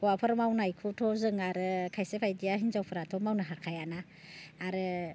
हौवाफोर मावनायखौथ' जों आरो खायसे बायदिया हिन्जावफ्राथ' मावनो हाखायाना आरो